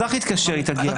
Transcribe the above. גם אם אזרח יתקשר היא תגיע.